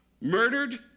Murdered